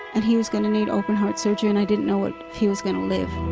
and he was going to need open heart surgery, and i didn't know if he was gonna live